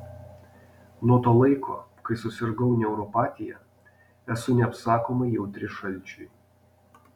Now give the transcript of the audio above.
nuo to laiko kai susirgau neuropatija esu neapsakomai jautri šalčiui